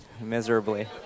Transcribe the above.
miserably